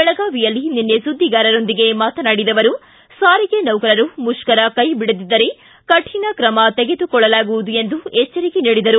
ಬೆಳಗಾವಿಯಲ್ಲಿ ನಿನ್ನೆ ಸುದ್ದಿಗಾರರೊಂದಿಗೆ ಮಾತನಾಡಿದ ಅವರು ಸಾರಿಗೆ ನೌಕರರು ಮುಷ್ಕರ ಕೈಬಿಡದಿದ್ದರೆ ಕಠಿಣ ಕ್ರಮ ತೆಗೆದುಕೊಳ್ಳಲಾಗುವುದು ಎಂದು ಎಚ್ಚರಿಕೆ ನೀಡಿದರು